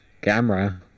camera